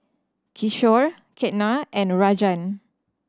Kishore Ketna and Rajan